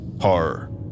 horror